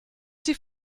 die